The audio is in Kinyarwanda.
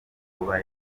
kuba